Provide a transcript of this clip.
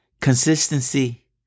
consistency